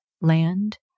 land